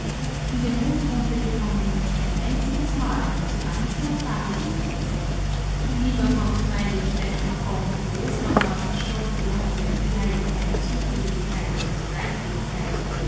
in den hof runter gekommen ist sie kein einziges mal so lange sie auch dagewesen ist du lieber gott freilich dein papa und die großmama sind stolze leute und leiden keine zuthulichkeit und dreistigkeit